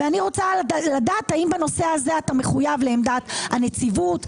ואני רוצה לדעת האם בנושא הזה אתה מחויב לעמדת הנציבות,